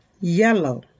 yellow